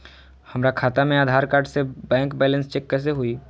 हमरा खाता में आधार कार्ड से बैंक बैलेंस चेक कैसे हुई?